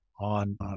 on